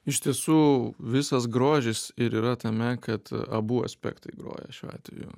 iš tiesų visas grožis ir yra tame kad abu aspektai groja šiuo atveju